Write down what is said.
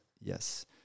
yes